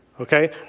Okay